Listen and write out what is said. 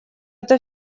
это